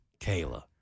Kayla